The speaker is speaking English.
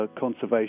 conservation